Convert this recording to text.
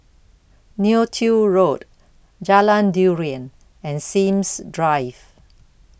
Neo Tiew Road Jalan Durian and Sims Drive